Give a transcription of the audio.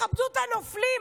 תכבדו את הנופלים,